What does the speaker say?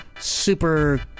Super